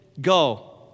go